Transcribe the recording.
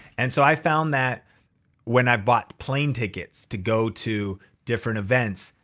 and so i found that when i've bought plane tickets to go to different events,